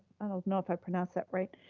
know if i pronounced that right,